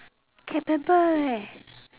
can pamper leh